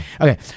Okay